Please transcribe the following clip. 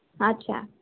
ଆଚ୍ଛା